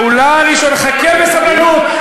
חכה בסבלנות,